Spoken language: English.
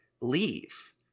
leave